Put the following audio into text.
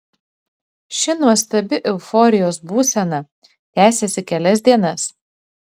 ši nuostabi euforijos būsena tęsėsi kelias dienas